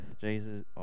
Jesus